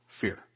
fear